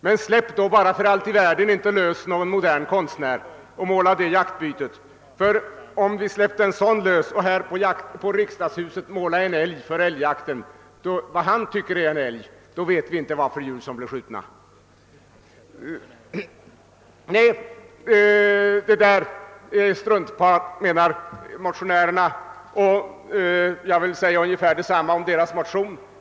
Men släpp bara för allt i världen inte lös en modern konstnär på uppgiften att måla detta jaktbyte, ty om en sådan finge i uppdrag att före älgjakten utanpå riksdagshuset måla vad han tycker är en älg, vet vi inte vilka djur som blir skjutna. Nej, menar motionärerna, detta är struntprat, och jag vill säga ungefär detsamma om deras motion.